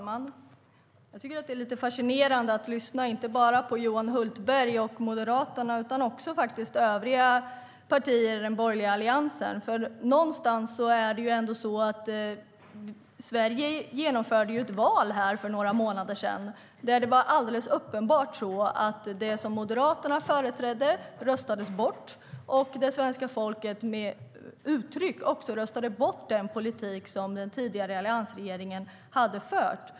Herr talman! Det är lite fascinerande att lyssna inte bara på Johan Hultberg och Moderaterna utan också på övriga partier i den borgerliga alliansen. Någonstans är det ändå så att Sverige genomförde ett val för några månader sedan. Det var alldeles uppenbart att det som Moderaterna företrädde röstades bort. Det svenska folket röstade också med uttryck bort den politik som den tidigare alliansregeringen hade fört.